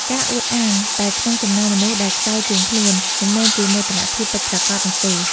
ការអួតអាងតែក្នុងចំណោមមនុស្សដែលខ្សោយជាងខ្លួន មិនមែនជាមោទនភាពពិតប្រាកដនោះទេ។